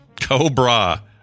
cobra